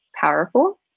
powerful